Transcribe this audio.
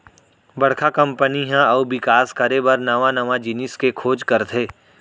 बड़का कंपनी ह अउ बिकास करे बर नवा नवा जिनिस के खोज करथे